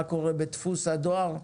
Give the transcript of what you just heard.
מה קורה בדפוס הדואר,